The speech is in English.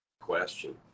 question